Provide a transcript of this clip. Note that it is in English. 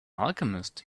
alchemist